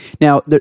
Now